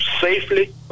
safely